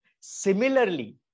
Similarly